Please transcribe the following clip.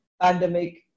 pandemic